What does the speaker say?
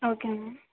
okay ma'am